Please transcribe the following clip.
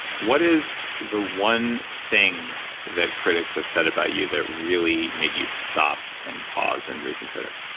what is the one thing that critics have said about you that really made you stop and pause, and reconsider?